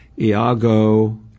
Iago